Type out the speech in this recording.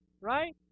right